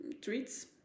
treats